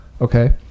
okay